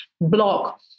block